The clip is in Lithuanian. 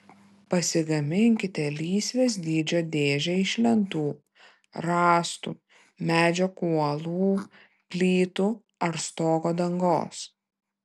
pasigaminkite lysvės dydžio dėžę iš lentų rąstų medžio kuolų plytų ar stogo dangos